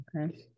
Okay